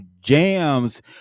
Jams